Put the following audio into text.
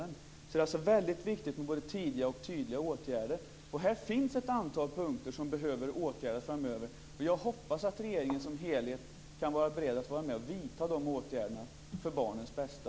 Det är alltså väldigt viktigt med både tydliga och tidiga åtgärder. Det finns ett antal punkter som behöver åtgärdas framöver. Jag hoppas att regeringen som helhet är beredd att vara med om att vidta de åtgärderna för barnens bästa.